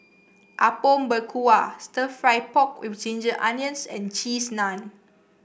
Apom Berkuah stir fry pork with Ginger Onions and Cheese Naan